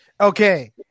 okay